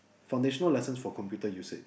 foundational lessons for computer usage